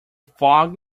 fog